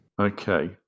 Okay